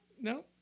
no